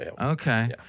Okay